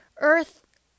earth